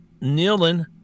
kneeling